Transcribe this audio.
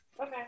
Okay